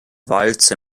walze